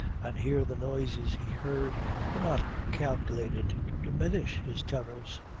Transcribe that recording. and here the noises he heard were not calculated to diminish his terrors.